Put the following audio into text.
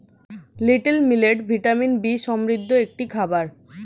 little millet vitamin B সমৃদ্ধ একটি খাবার